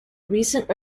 recent